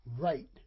right